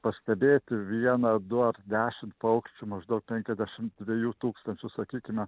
pastebėti vieną du ar dešimt paukščių maždaug penkiasdešimt dviejų tūkstančių sakykime